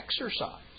exercise